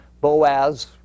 Boaz